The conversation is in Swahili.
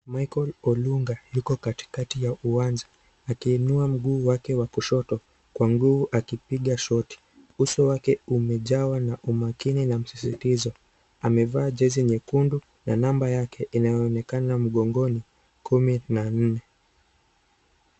Michael Olunga yuko katikati ya kiwanja, akiinua mguu wake wa kushoto kwa nguvu akipiga shuti. Uso wake umejawa na umakini na usisitizo. Amevaa jezi nyekundu na namba yake inaonekana mgongoni kumi na nne.